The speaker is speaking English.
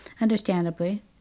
Understandably